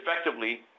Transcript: effectively